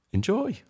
Enjoy